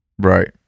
right